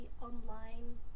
online